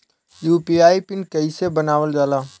UPI PIN कइसे बनावल जाला?